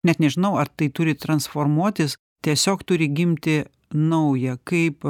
net nežinau ar tai turi transformuotis tiesiog turi gimti nauja kaip